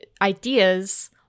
Ideas